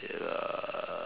uh